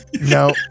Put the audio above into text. no